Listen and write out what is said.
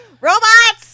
Robots